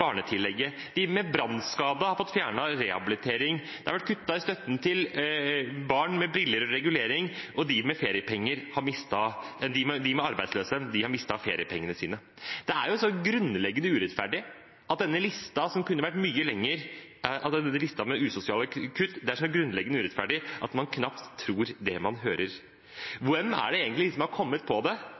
barnetillegget. De med brannskade har fått fjernet rehabilitering. Det har vært kuttet i støtten til barn med briller og til regulering, og de arbeidsløse har mistet feriepengene sine. Denne listen over usosiale kutt kunne vært mye lengre. Det er så grunnleggende urettferdig at man knapt tror det man hører. Hvem er det egentlig som har kommet på det? Det er i hvert fall usosialt og urettferdig. Verst av alt er at det er jo ikke mangel på penger. Samtidig som